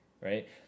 right